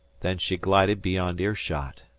then she glided beyond ear-shot,